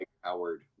Howard